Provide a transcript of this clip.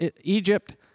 Egypt